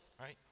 right